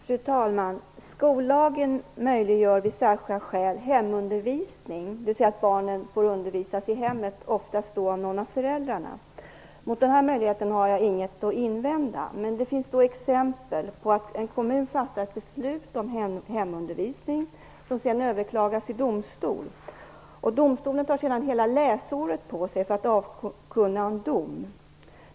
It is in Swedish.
Fru talman! Skollagen möjliggör vid särskilda skäl hemundervisning, dvs. att barnen får undervisas i hemmet och då oftast av föräldrarna. Mot denna möjlighet har jag ingenting att invända. Men det finns exempel på att en kommun fattar ett beslut om hemundervisning som sedan överklagas i domstol. Domstolen tar sedan hela läsåret på sig för att avkunna en dom.